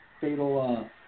fatal –